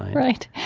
right?